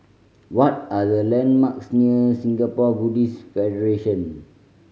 what are the landmarks near Singapore Buddhist Federation